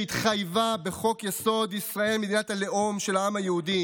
שהתחייבה בחוק-יסוד: ישראל מדינת הלאום של העם היהודי